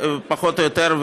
פחות או יותר,